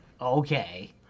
Okay